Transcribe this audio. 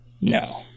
no